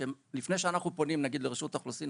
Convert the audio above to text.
לפני שאנחנו פונים נגיד לרשות האוכלוסין,